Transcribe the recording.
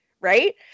right